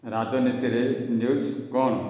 ରାଜନୀତିରେ ନ୍ୟୁଜ୍ କ'ଣ